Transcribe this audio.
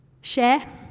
share